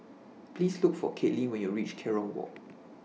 Please Look For Caitlin when YOU REACH Kerong Walk